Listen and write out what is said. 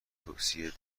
توسعه